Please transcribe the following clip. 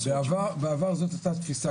בעבר זאת היתה התפיסה.